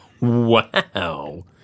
Wow